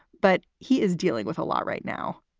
but he is dealing with a lot right now.